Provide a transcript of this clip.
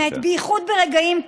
באמת, בייחוד ברגעים כאלה,